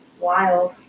wild